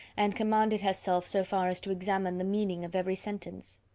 and commanded herself so far as to examine the meaning of every sentence.